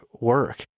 work